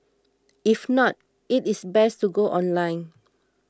if not it is best to go online